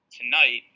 tonight